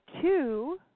two